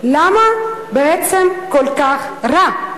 למה בעצם כל כך רע?